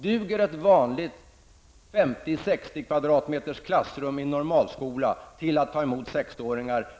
Duger ett vanligt 50--60 kvadratmeter stort klassrum i normalskola till att ta emot sexåringar, eller duger det inte?